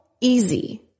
easy